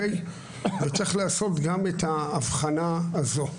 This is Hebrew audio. צריך לעשות גם את ההבחנה הזאת.